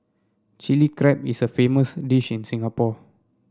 Chilli Crab is a famous dish in Singapore